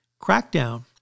crackdown